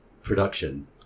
production